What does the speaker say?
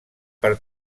per